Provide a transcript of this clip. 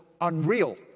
unreal